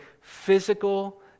physical